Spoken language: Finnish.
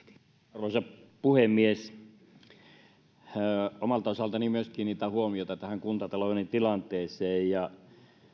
arvoisa puhemies omalta osaltani myös kiinnitän huomiota tähän kuntatalouden tilanteeseen ja